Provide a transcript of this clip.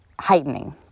heightening